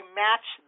match